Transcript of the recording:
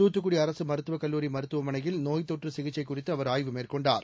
தூத்துக்குடி அரசு மருத்துவக் கல்லூரி மருத்துவமனையில் நோய் தொற்று சிசிக்சை குறித்து அவர் ஆய்வு மேற்கொண்டார்